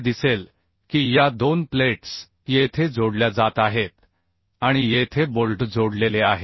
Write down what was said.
असे दिसेल की या दोन प्लेट्स येथे जोडल्या जात आहेत आणि येथे बोल्ट जोडलेले आहेत